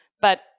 but-